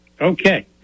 Okay